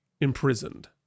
imprisoned